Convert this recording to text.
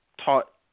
taught